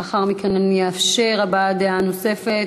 לאחר מכן אני אאפשר הבעת דעה נוספת,